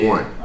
One